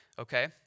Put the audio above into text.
okay